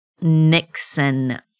Nixon